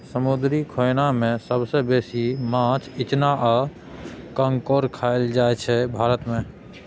समुद्री खेनाए मे सबसँ बेसी माछ, इचना आ काँकोर खाएल जाइ छै भारत मे